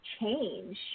change